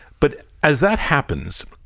but as that happens,